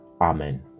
Amen